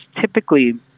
Typically